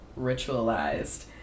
ritualized